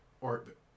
orbit